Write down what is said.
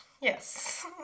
yes